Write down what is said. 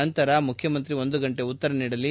ನಂತರ ಮುಖ್ಯಮಂತ್ರಿ ಒಂದು ಗಂಟೆ ಉತ್ತರ ನೀಡಲಿ